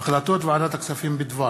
החלטות ועדת הכספים בדבר